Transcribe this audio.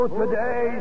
today